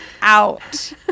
out